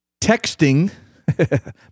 Texting